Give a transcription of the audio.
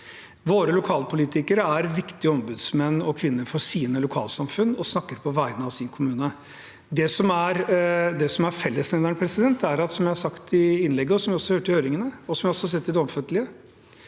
Våre lokalpolitikere er viktige ombudsmenn og kvinner for sine lokalsamfunn og snakker på vegne av sin kommune. Det som er fellesnevneren, er – som jeg har sagt i innlegget, som vi hørte i høringene, og som vi også har sett i det offentlige